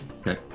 okay